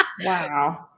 Wow